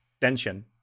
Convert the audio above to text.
tension